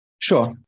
Sure